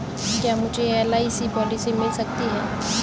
क्या मुझे LIC policy मिल सकती है?